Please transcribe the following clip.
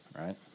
right